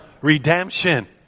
redemption